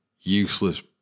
useless